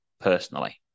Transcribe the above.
personally